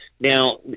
Now